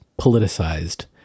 politicized